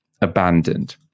abandoned